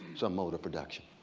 some mode of production.